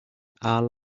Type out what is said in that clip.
are